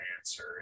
answer